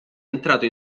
entrato